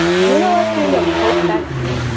do you know what kind of hope that creates?